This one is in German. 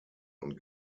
und